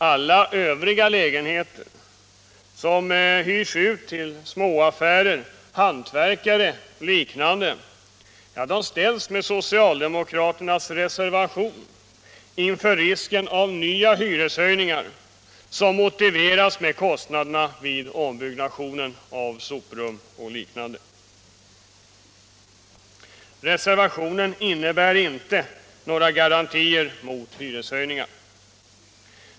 Alla övriga lägenheter som uthyrs till småaffärer, hantverkare och liknande ställs med socialdemokraternas reservation inför risken av nya hyreshöjningar som motiveras med kostnaderna för ombyggnation av soprum och liknande. Reservationen innebär inte några garantier mot hyreshöjningar.